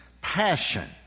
passion